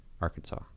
Arkansas